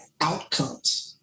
outcomes